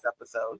episode